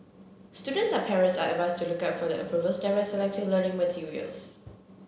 students and parents are advised to look out for the approval stamp when selecting learning materials